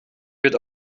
wird